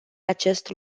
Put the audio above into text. acest